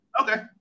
Okay